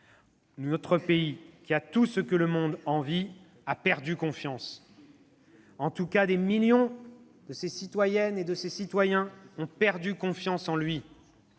Notre pays, qui a tout et que le monde envie, a perdu confiance. En tout cas, des millions de ses citoyens ont perdu confiance en lui.